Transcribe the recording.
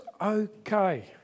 okay